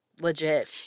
legit